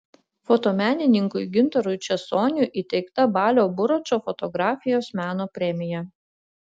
fotomenininkui gintarui česoniui įteikta balio buračo fotografijos meno premija